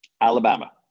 Alabama